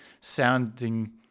sounding